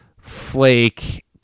flake